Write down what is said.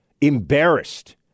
embarrassed